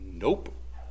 nope